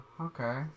okay